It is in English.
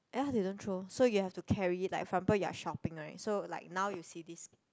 ya they don't throw so you have to carry like for example you are shopping right so like now you see this